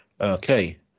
Okay